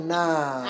now